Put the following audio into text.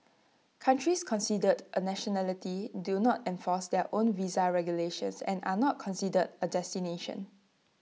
countries considered A nationality do not enforce their own visa regulations and are not considered A destination